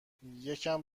یکم